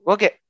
Okay